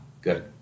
good